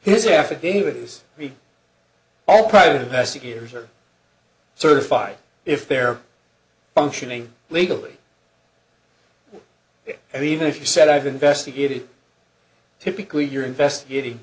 we all private investigators are certified if they're functioning legally and even if you said i've investigated typically you're investigating